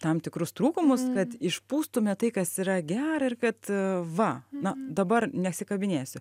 tam tikrus trūkumus kad išpūstume tai kas yra gera ir kad va na dabar nesikabinėsiu